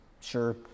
Sure